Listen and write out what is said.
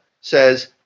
says